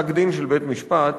פסק-דין של בית-משפט,